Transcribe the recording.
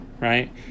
right